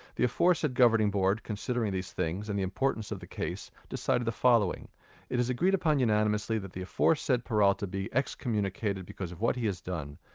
the aforesaid governing board, considering these things, and the importance of the case, decided the following it is agreed upon unanimously that the aforesaid peralta be excommunicated because of what he has done.